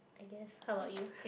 I guess how about you